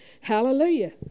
hallelujah